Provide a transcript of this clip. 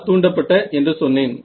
நான் தூண்டப்பட்ட என்று சொன்னேன்